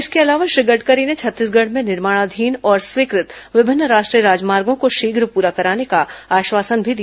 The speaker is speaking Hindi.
इसके अलावा श्री गडकरी ने छत्तीसगढ़ में निर्माणाधीन और स्वीकृत विभिन्न राष्ट्रीय राजमार्गों को शीघ पूरा कराने का आश्वासन भी दिया